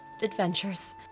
Adventures